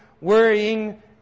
worrying